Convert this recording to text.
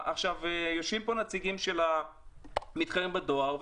יושבים פה נציגים של המתחרים בדואר,